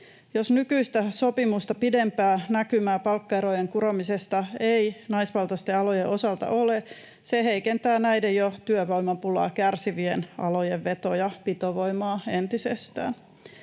Jos nykyistä sopimusta pidempää näkymää palkkaerojen kuromisesta ei naisvaltaisten alojen osalta ole, se heikentää näiden jo työvoimapulaa kärsivien alojen veto- ja pitovoimaa entisestään.